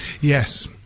Yes